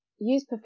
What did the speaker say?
use